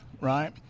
right